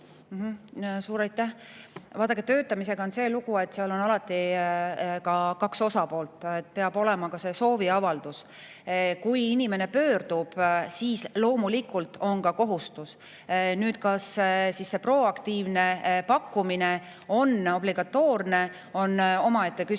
Suur aitäh! Vaadake, töötamisega on see lugu, et seal on alati kaks osapoolt. Peab olema ka sooviavaldus. Kui inimene pöördub, siis loomulikult on ka kohustus. Nüüd, see, kas proaktiivne pakkumine on obligatoorne, on omaette küsimus.